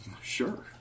Sure